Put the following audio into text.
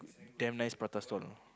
damn nice prata stall